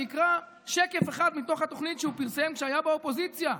אני אקרא שקף אחד מתוך התוכנית שהוא פרסם כשהיה באופוזיציה,